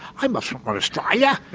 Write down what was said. i'm from australia. yeah